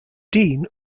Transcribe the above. dean